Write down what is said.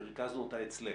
ריכזנו אותה אצלך.